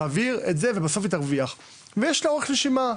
ותעביר את זה ובסוף היא תרוויח ויש לה אורך נשימה,